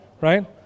Right